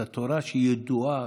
את התורה שהיא ידועה.